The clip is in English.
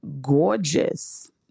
gorgeous